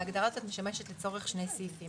ההגדרה הזאת משמשת לצורך שני סעיפים.